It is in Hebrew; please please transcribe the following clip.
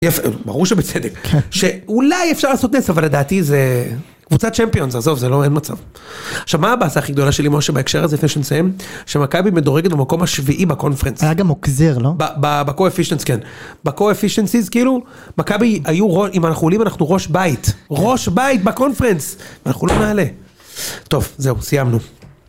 ברור שבצדק, שאולי אפשר לעשות נס אבל לדעתי זה קבוצה צ'מפיונס, עזוב, זה לא, אין מצב. עכשיו מה הבאסה הכי גדולה שלי משה בהקשר הזה, לפני שנסיים, שמכבי מדורגת במקום השביעי בקונפרנס. היה גם מוקזר, לא? בקו-אפישיאנס, כן. בקו-אפישיאנס, כאילו, מכבי היו, אם אנחנו עולים אנחנו ראש בית, ראש בית בקונפרנס, ואנחנו לא נעלה. טוב, זהו, סיימנו.